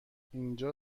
اینجا